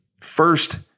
first